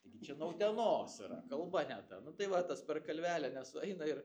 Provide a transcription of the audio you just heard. tai gi čia nuo utenos yra kalba ne ta nu tai va tas per kalvelę nesueina ir